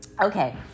Okay